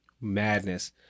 Madness